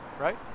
Right